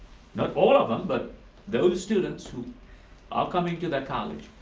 not all of them, but those students who are coming to the college,